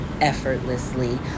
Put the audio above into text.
effortlessly